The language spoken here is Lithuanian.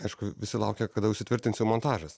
aišku visi laukia kada užsitvirtins jau montažas